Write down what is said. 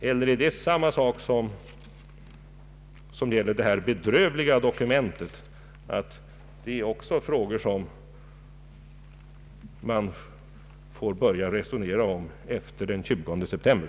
Eller är det samma sak som med det här bedrövliga dokumentet — att det också är frågor som man får börja resonera om efter den 20 september?